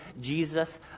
Jesus